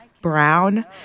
brown